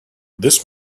this